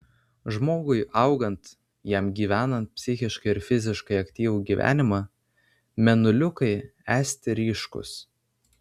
žmogui augant jam gyvenant psichiškai ir fiziškai aktyvų gyvenimą mėnuliukai esti ryškūs